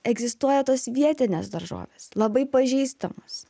egzistuoja tos vietinės daržovės labai pažįstamos